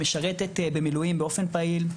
סטודנטית שמשרתת במילואים באופן פעיל,